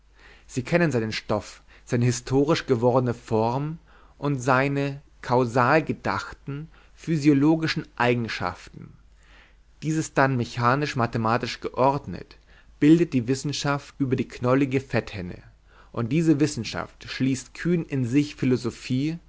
sie kennen seinen stoff seine historisch gewordene form und seine kausal gedachten physiologischen eigenschaften dieses dann mechanisch mathematisch geordnet bildet die wissenschaft über die knollige fetthenne und diese wissenschaft schließt kühn in sich philosophie